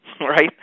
right